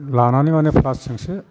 लानानै माने प्लास जोंसो